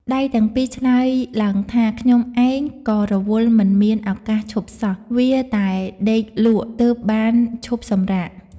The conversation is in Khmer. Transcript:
ដៃទាំងពីរឆ្លើយឡើងថា "ខ្ញុំឯង ក៏រវល់មិនមាន ឱកាសឈប់សោះ វៀរតែដេកលក់ទើបបានឈប់សម្រាក។